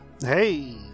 Hey